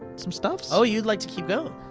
some stuffs? oh, you'd like to keep going?